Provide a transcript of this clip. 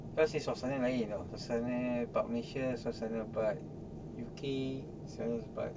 because suasana lain [tau] suasana part malaysia suasana part U_K suasana part